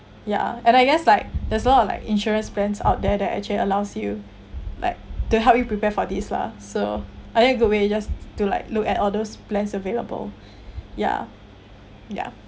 ya and I guess like there's a lot of like insurance plans out there that actually allows you like to help you prepare for this lah so I think a good way just to like look at all those plans available ya ya